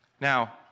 Now